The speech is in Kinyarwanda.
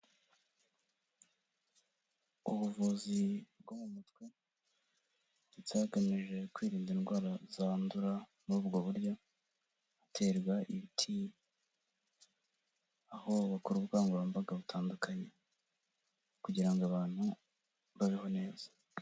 Ubuvuzi bwo mu mutwe, ndetse bagamije kwirinda indwara zandura muri ubwo buryo, haterwa ibiti, aho bakora ubukangurambaga butandukanye. Kugira ngo abantu babeho neza.